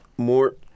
More